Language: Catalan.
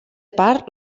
part